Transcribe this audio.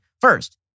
First